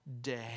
day